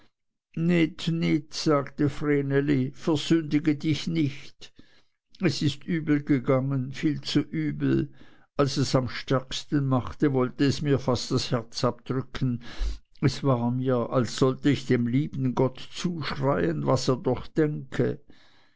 sagte vreneli versündige dich nicht es ist übel gegangen viel zu übel als es am stärksten machte wollte es mir fast das herz abdrücken es war mir als sollte ich dem lieben gott zuschreien was er doch denke